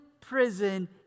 prison